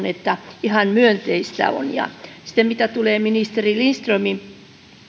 että ihan myönteistä on sitten mitä tulee ministeri lindströmin